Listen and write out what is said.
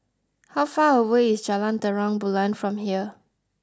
how far away is Jalan Terang Bulan from here